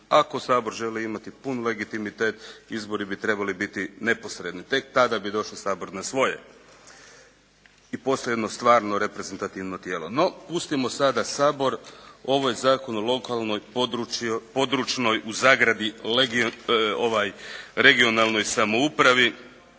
ako Sabor želi imati pun legitimitet, izbori bi trebali biti neposredni. Tek tada bi Sabor došao na svoje i postao jedno stvarno reprezentativno tijelo. No, pustimo sada Sabor. Ovo je zakon o lokalnoj, područnoj (regionalnoj) samoupravi.